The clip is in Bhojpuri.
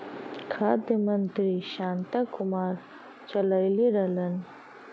खाद्य मंत्री शांता कुमार चललइले रहलन